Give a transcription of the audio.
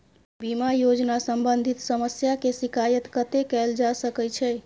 बीमा योजना सम्बंधित समस्या के शिकायत कत्ते कैल जा सकै छी?